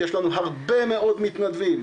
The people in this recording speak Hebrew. יש לנו הרבה מאוד מתנדבים,